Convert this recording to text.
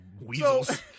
weasels